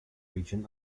region